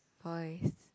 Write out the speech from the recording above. voice